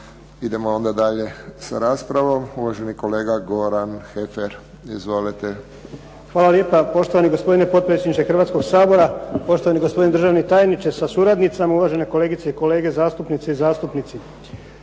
Idemo onda dalje sa raspravom. Uvaženi kolega Goran Heffer. Izvolite. **Heffer, Goran (SDP)** Hvala lijepa, poštovani gospodine potpredsjedniče Hrvatskoga sabora. Poštovani gospodine državni tajniče sa suradnicom. Uvažene kolegice i kolege zastupnice i zastupnici.